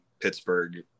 Pittsburgh